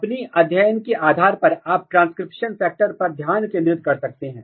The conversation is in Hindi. अपनी अध्ययन के आधार पर आप ट्रांसक्रिप्शन कारक पर ध्यान केंद्रित कर सकते हैं